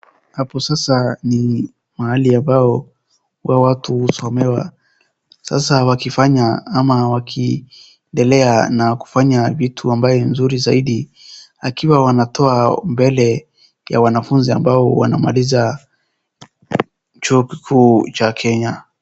Hapo sasa ni mahali ambao huwa watu husomewa, sasa wakifanya ama wakiendelea na kufanya vitu ambao ni mzuri zaidi wakiwa wanatoa mbele ya wanafunzi ambao wanamaliza chuo kikuu cha Kenya.